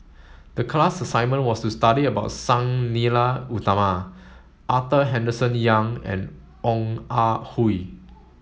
the class assignment was to study about Sang Nila Utama Arthur Henderson Young and Ong Ah Hoi